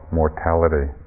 mortality